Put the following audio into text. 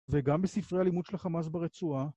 וגם בספרי הלימוד של החמאס ברצועה